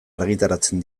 argitaratzen